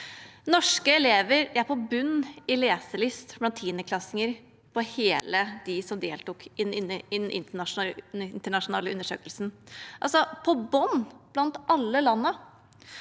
Norske elever er på bunnen i leselyst blant tiendeklassinger av alle de som deltok i den internasjonale undersøkelsen, altså på bunn blant alle landene.